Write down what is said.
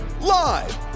live